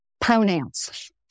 pronouns